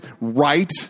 right